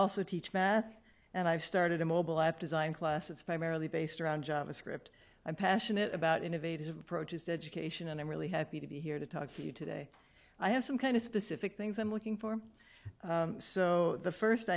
also teach math and i've started a mobile app design class it's primarily based around javascript i'm passionate about innovative approaches to education and i'm really happy to be here to talk to you today i have some kind of specific things i'm looking for so the first